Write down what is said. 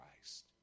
Christ